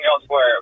elsewhere